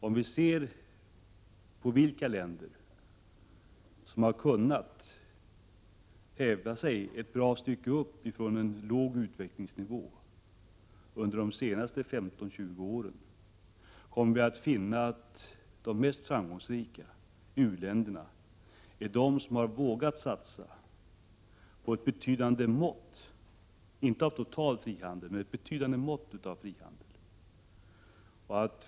Om vi ser på vilka länder som har kunnat häva sig ett bra stycke upp ifrån en låg utvecklingsnivå under de senaste 15-20 åren, kommer vi att finna att de mest framgångsrika u-länderna är de som har vågat satsa på ett betydande mått av frihandel — dock inte total frihandel.